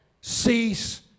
Cease